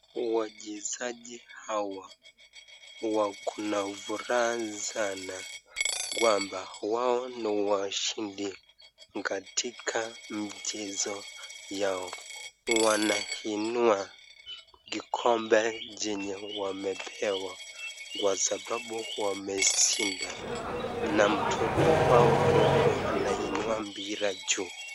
Wachezaji hawa wako na furaha sana kwamba wao ni washindi katika mchezo yao wanainua kikombe chenye wamepewa kwa sababu wameshinda na mtoto wao mdogo anainua mpira juu.